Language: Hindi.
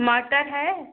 मटर है